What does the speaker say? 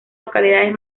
localidades